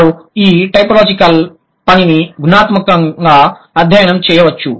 వారు ఈ టైపోలాజికల్ పనిని గుణాత్మకంగా అధ్యయనం చేయవచ్చు